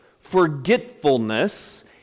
forgetfulness